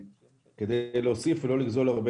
כדי להוסיף ולא לגזור הרבה